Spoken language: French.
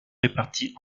réparties